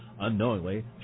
Unknowingly